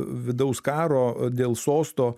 vidaus karo dėl sosto